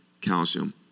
calcium